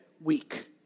Week